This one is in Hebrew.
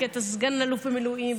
כי אתה סגן אלוף במילואים,